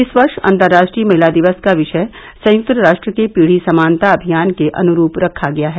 इस वर्ष अंतरराष्ट्रीय महिला दिवस का विषय संयुक्त राष्ट्र के पीढ़ी समानता अभियान के अनुरूप रखा गया है